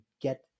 get